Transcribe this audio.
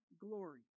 glory